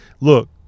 look